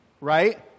Right